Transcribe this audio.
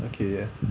okay